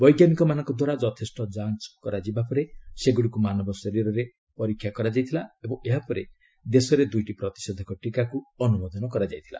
ବୈଜ୍ଞାନିକମାନଙ୍କ ଦ୍ୱାରା ଯଥେଷ୍ଟ ଯାଞ୍ କରାଯିବା ପରେ ସେଗୁଡ଼ିକୁ ମାନବ ଶରୀରରେ ପରୀକ୍ଷା କରାଯାଇଥିଲା ଓ ଏହାପରେ ଦେଶରେ ଦୁଇଟି ପ୍ରତିଷେଧକ ଟିକାକୁ ଅନୁମୋଦନ କରାଯାଇଥିଲା